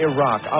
Iraq